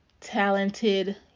talented